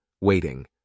waiting